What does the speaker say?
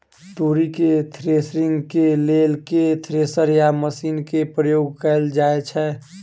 तोरी केँ थ्रेसरिंग केँ लेल केँ थ्रेसर या मशीन केँ प्रयोग कैल जाएँ छैय?